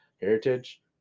heritage